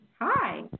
Hi